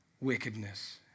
wickedness